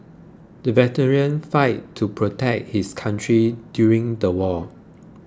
the veteran fought to protect his country during the war